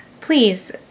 please